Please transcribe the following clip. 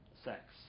sex